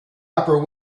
upper